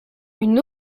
une